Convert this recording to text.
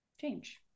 change